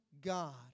God